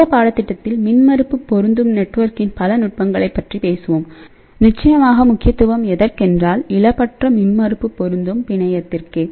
இந்த பாடத்திட்டத்தில் மின்மறுப்பு பொருந்தும் நெட்வொர்க்கின் பல நுட்பங்களைப் பற்றி பேசுவோம் நிச்சயமாக முக்கியத்துவம் எதற்கென்றால் இழப்பற்ற மின்மறுப்பு பொருந்தும் பிணையத்திர்க்கே